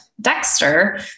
Dexter